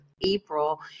April